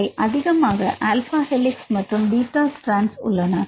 அவை அதிகமாக alpha helix மற்றும் பீட்டா ஸ்ட்ராண்ட்ஸ் உள்ளன